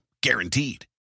Guaranteed